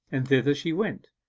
and thither she went.